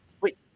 Wait